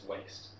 waste